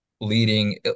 leading